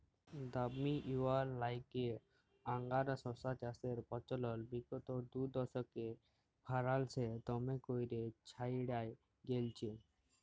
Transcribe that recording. দামি হউয়ার ল্যাইগে আংগারা শশা চাষের পচলল বিগত দুদশকে ফারাল্সে দমে ক্যইরে ছইড়ায় গেঁইলছে